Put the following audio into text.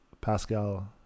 Pascal